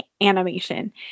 animation